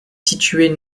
située